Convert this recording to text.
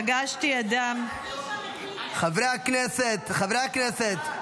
פגשתי אדם ------ חברי הכנסת, חברי הכנסת.